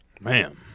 Man